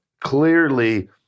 Clearly